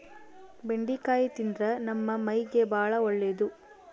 ಬೆಂಡಿಕಾಯಿ ತಿಂದ್ರ ನಮ್ಮ ಮೈಗೆ ಬಾಳ ಒಳ್ಳೆದು